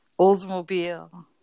Oldsmobile